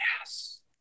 Yes